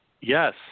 Yes